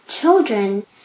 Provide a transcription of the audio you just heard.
Children